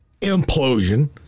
implosion